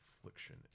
affliction